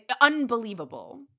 unbelievable